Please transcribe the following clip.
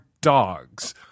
dogs